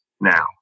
now